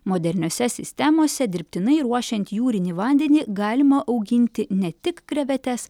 moderniose sistemose dirbtinai ruošiant jūrinį vandenį galima auginti ne tik krevetes